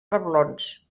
reblons